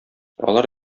алар